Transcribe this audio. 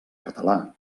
català